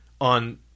on